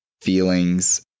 feelings